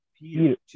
Peter